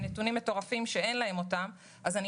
אלה נתונים מטורפים שאין להם אותם אז אני